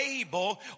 able